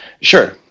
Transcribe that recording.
Sure